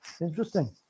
Interesting